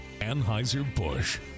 Anheuser-Busch